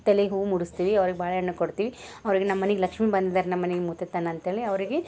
ತೆಲಿಗೆ ಹೂವು ಮುಡಿಸ್ತೀವಿ ಅವ್ರಿಗೆ ಬಾಳೆಹಣ್ಣು ಕೊಡ್ತೀವಿ ಅವ್ರಿಗೆ ನಮ್ಮ ಮನಿಗೆ ಲಕ್ಷ್ಮೀ ಬಂದಿದಾರೆ ನಮ್ಮ ಮನೆಗೆ ಮುತ್ತೈದೆತನ ಅಂತ್ಹೇಳಿ ಅವ್ರಿಗೆ